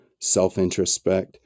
self-introspect